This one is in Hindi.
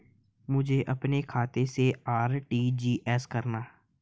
मुझे अपने खाते से आर.टी.जी.एस करना?